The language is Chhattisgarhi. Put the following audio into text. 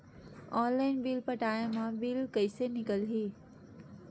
ऑनलाइन बिल पटाय मा बिल कइसे निकलही?